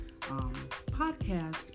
podcast